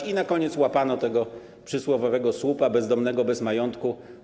I na koniec łapano tego przysłowiowego słupa, bezdomnego, bez majątku.